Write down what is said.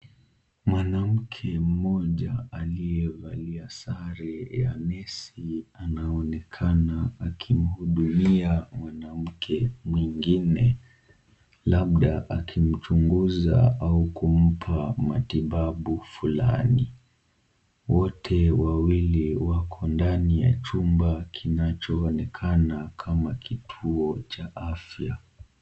Mwanamke mmoja aliyevalia sare ya nesi, anaonekana akimhudumia mwanamke mwingine, labda akimchunguza au kumpa matibabu fulani. Wote wawili wanaonekana wakiwa ndani ya chumba kinachoonekana kama kituo cha afya.